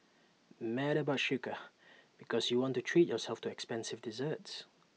mad about Sucre because you want to treat yourself to expensive desserts